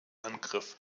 angriff